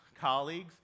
colleagues